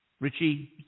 Richie